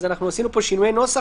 עשינו פה שינויי נוסח,